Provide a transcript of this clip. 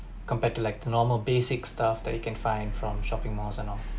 compared to like the normal basic stuff that you can find from shopping malls and all